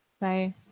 Bye